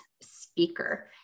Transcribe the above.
speaker